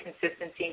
consistency